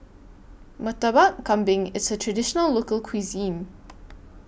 Murtabak Kambing IS A Traditional Local Cuisine